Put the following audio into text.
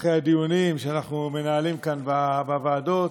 אחרי הדיונים שאנחנו מנהלים כאן בוועדות,